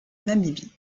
namibie